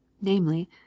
namely